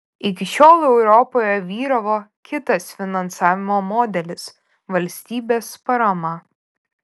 iki šiol europoje vyravo kitas finansavimo modelis valstybės parama